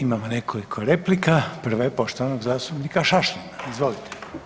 Imamo nekoliko replika, prva je poštovanog zastupnika Šašlina, izvolite.